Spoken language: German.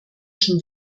schon